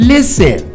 Listen